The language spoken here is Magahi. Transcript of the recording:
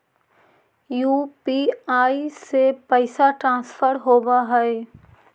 यु.पी.आई से पैसा ट्रांसफर होवहै?